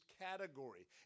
category